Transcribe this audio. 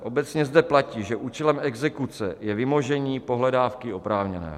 Obecně zde platí, že účelem exekuce je vymožení pohledávky oprávněného.